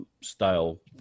style